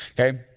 okay.